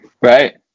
Right